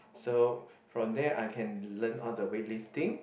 so from there I can learn all the weight lifting